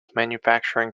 manufacturing